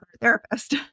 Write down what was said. therapist